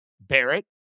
Barrett